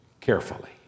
carefully